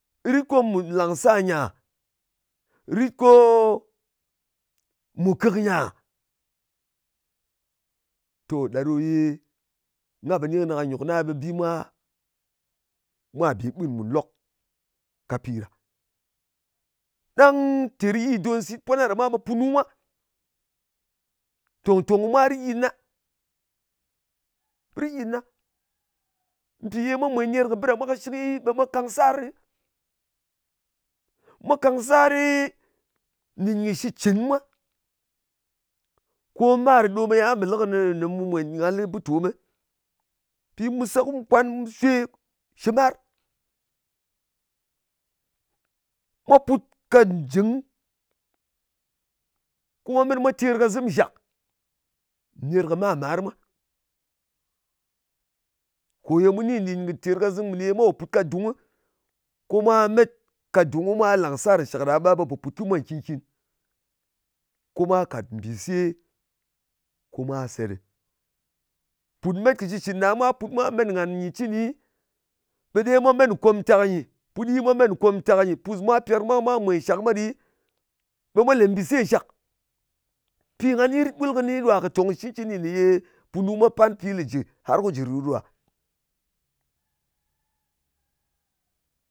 Rit ko mù làng sa nyia? Ko mù kɨk nyia? Ɗa ɗo ye, nga pò ni kɨnɨ ka nyòk na, ɓe bi mwa bè ɓwin mùn lok ka pi ɗa. Ɗang ter yi don sit pwana ɗa mwa, ɓe punu mwa, tòng-tòng kɨ mwa rit nyɨt na. Rit yit na. Mpì ye mwa mwèn ner kɨ bɨ ɗa mwa kɨshɨki, ɓe mwa kàng sar. Mwa kang sari, nɗin kɨ shitcɨn mwa, kō mar ɗom ɓe ye nga pò lɨ kɨnɨ, ko mwen ye nga lɨ́ butomɨ. Mpì mu se ku nkwan, mu shwe shɨ mar. Mwa put ka njɨng, ko mwa met mwa terkazɨm nshak ner kɨ mar-màr mwa. Kò ye mu ni nɗin kɨ tèrkazɨm ne ye mwa put ka dung, ko mwa met ka dung, ko mwa làng sar nshàk ɗa, ɓe pò put kɨ mwa nkin-kin, ko mwa kàt mbìse ko mwa se ɗɨ. Pùt met kɨ shitcɨn ɗa, mwa put mwa met ngan nyɨ cɨni, be ɗer mwa met nkomtak nyɨ puɗi mwa men nkomtak nyɨ. Pus mwa pyar mwa ko mwa mwèn nshàk mwa ɗɨ, ɓe mwa lē mbìse nshàk. Pi nga ni rit ɓul kɨni ɗwa, shɨ tòng shɨ cɨncɨni ne ye punu mwa pan pi lē jɨ, har ko jɨ ru ɗo ɗa.